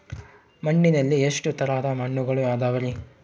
ಮಣ್ಣಿನಲ್ಲಿ ಎಷ್ಟು ತರದ ಮಣ್ಣುಗಳ ಅದವರಿ?